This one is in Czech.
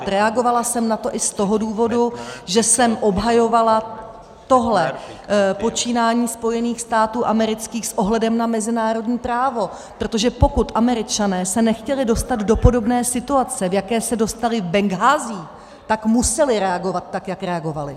Reagovala jsem na to i z toho důvodu, že jsem obhajovala tohle počínání Spojených států amerických s ohledem na mezinárodní právo, protože pokud Američané se nechtěli dostat do podobné situace, do jaké se dostali v Benghází, tak museli reagovat tak, jak reagovali.